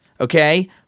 okay